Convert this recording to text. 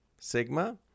Sigma